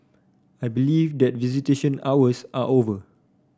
I believe that visitation hours are over